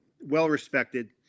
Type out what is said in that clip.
well-respected